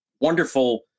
wonderful